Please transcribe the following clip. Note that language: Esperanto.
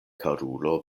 karulo